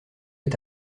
est